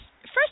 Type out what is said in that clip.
First